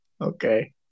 Okay